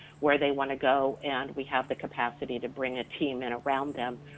where they wanna go, and we have the capacity to bring a team in around them,